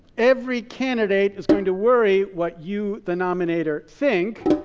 every candidate was going to worry what you, the nominator, think.